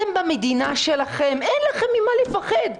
אתם במדינה שלכם, אין לכם ממה לפחד.